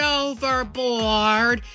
overboard